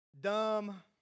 dumb